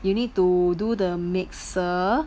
you need to do the mixer